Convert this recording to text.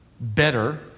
better